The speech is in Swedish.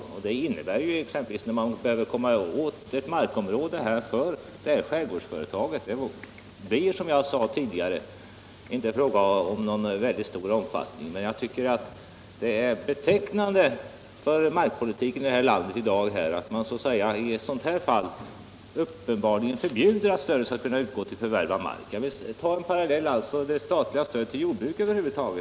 Där kan det innebära att man behöver komma åt ett markområde för skärgårdsföretaget. Som jag sade förut kan detta inte ha särskilt stor omfattning. Det är betecknande för markpolitiken i detta land att man här direkt förbjuder att stödet skall kunna utgå till förvärv av mark. Låt oss ta parallellen med det statliga stödet till jordbruksföretag.